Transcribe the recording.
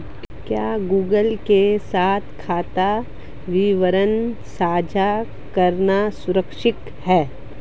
क्या गूगल के साथ खाता विवरण साझा करना सुरक्षित है?